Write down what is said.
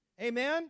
Amen